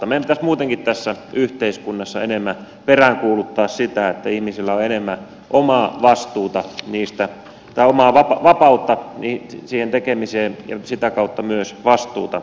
meidän pitäisi muutenkin tässä yhteiskunnassa enemmän peräänkuuluttaa sitä että ihmisillä on enemmän omaa vapautta siihen tekemiseen ja sitä kautta myös vastuuta itsellä